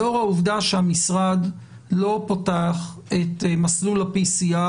לאור העובדה שהמשרד לא פתח את מסלול ה-PCR